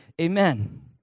amen